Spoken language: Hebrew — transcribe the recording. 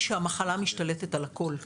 גם אישית וגם לאומית ציבורית,